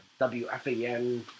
WFAN